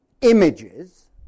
images